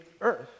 earth